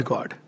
God